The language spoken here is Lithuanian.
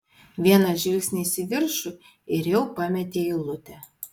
vienas žvilgsnis į viršų ir jau pametei eilutę